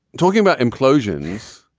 talking about implosions.